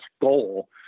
goal